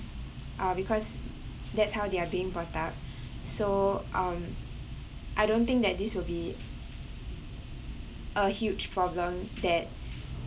uh because that's how they're being brought up so um I don't think that this would be a huge problem that